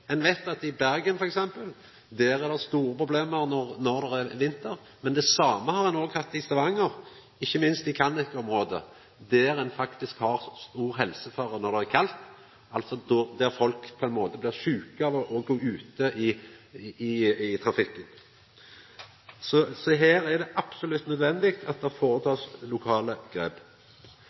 Ein veit at i Bergen t.d. er det store problem når det er vinter. Det er det òg i Stavanger, ikkje minst i Kannik-området, der det faktisk er stor helsefare når det er kaldt – folk blir sjuke av å gå ute i trafikken. Så her er det absolutt nødvendig å gjera lokale grep.